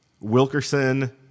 Wilkerson